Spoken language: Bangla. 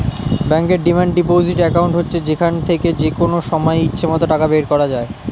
ব্যাংকের ডিমান্ড ডিপোজিট অ্যাকাউন্ট হচ্ছে যেখান থেকে যেকনো সময় ইচ্ছে মত টাকা বের করা যায়